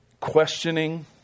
questioning